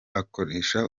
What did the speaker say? akoresha